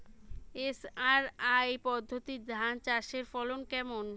SRI পদ্ধতি ধান চাষের ফলন কেমন?